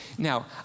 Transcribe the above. Now